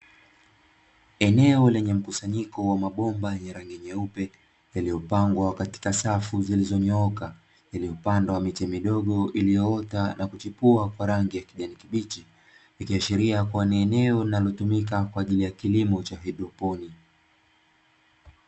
Eneo lenye mkusanyiko wa mabomba ya rangi nyeupe, yaliyopangwa katika safu zilizonyooka iliyopandwa miche midogo iliyoota na kuchukua kwa rangi ya kijani kibichi, ikiashiria kuwa ni eneo linalotumika kwa ajili ya kilimo cha haidroponi.